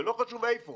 ולא חשוב איפה